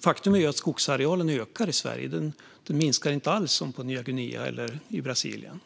Faktum är att skogsarealen ökar i Sverige. Den minskar inte alls som på Nya Guinea eller i Brasilien.